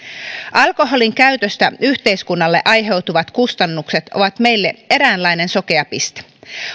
alkoholinkäytöstä yhteiskunnalle aiheutuvat kustannukset ovat meille eräänlainen sokea piste